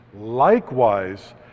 likewise